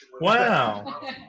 Wow